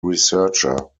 researcher